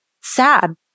Sad